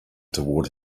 toward